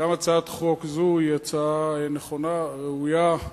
גם הצעת חוק זו היא הצעה נכונה, ראויה.